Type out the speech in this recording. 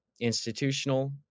institutional